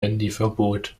handyverbot